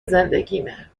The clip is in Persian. زندگیمه